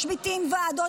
משביתים ועדות,